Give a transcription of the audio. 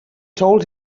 told